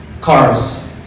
cars